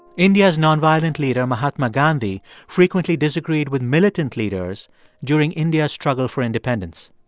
india's non-violent leader mahatma gandhi frequently disagreed with militant leaders during india's struggle for independence.